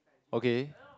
okay